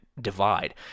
divide